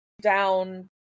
down